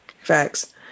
Facts